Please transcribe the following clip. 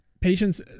patients